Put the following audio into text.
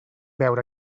veure